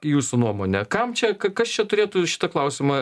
jūsų nuomone kam čia kas čia turėtų šitą klausimą